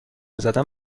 زدن